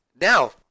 Now